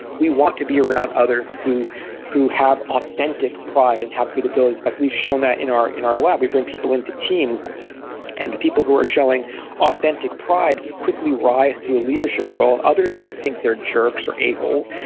we want to be around others who who have authentic pride and have good abilities. in fact, we've shown that in our in our lab. we bring people into teams and the people who are showing authentic pride quickly rise to a leadership role. others don't think they're jerks or a-holes.